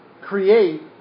create